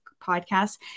podcast